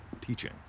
Teaching